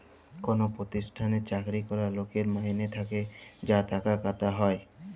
call পরতিষ্ঠালে চাকরি ক্যরা লকের মাইলে থ্যাকে যা টাকা কাটা হ্যয়